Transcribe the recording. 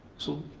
so,